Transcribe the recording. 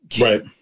Right